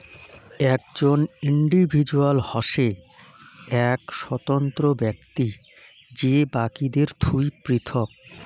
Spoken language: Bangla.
একজন ইন্ডিভিজুয়াল হসে এক স্বতন্ত্র ব্যক্তি যে বাকিদের থুই পৃথক